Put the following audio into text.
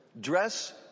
dress